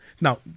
Now